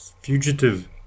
Fugitive